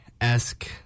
Esque